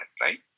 right